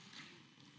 Hvala.